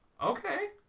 Okay